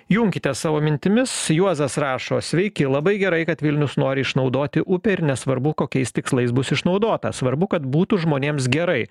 junkite savo mintimis juozas rašo sveiki labai gerai kad vilnius nori išnaudoti upę ir nesvarbu kokiais tikslais bus išnaudota svarbu kad būtų žmonėms gerai